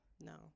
no